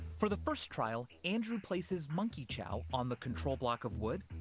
for the first trial, andrew places monkey chow on the control block of wood,